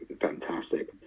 fantastic